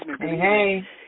Hey